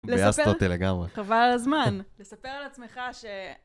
ביאסת אותי לגמרי. חבל על הזמן, תספר על עצמך ש...